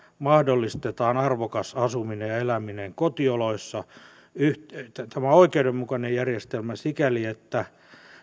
mahdollistetaan arvokas asuminen ja eläminen kotioloissa tämä on oikeudenmukainen järjestelmä sikäli että